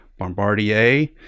Bombardier